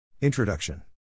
Introduction